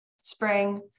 spring